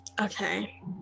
Okay